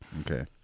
Okay